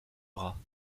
bras